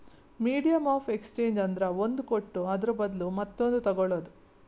medium of exchange ಅಂದ್ರ ಒಂದ್ ಕೊಟ್ಟು ಅದುರ ಬದ್ಲು ಮತ್ತೊಂದು ತಗೋಳದ್